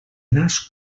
nas